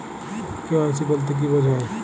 KYC বলতে কি বোঝায়?